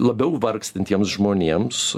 labiau vargstantiems žmonėms